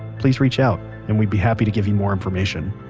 please reach out, and we'd be happy to give you more information.